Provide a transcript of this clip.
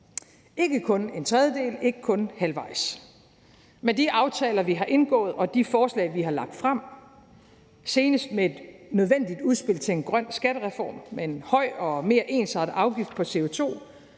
Ikke kun en tredjedel, ikke kun halvvejs. Med de aftaler, vi har indgået, og de forslag, vi har lagt frem, senest med et nødvendigt udspil til en grøn skattereform med en høj og mere ensartet afgift på CO2,